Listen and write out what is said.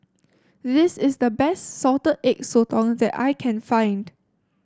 this is the best Salted Egg Sotong that I can find